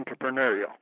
entrepreneurial